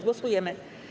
Głosujemy.